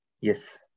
Yes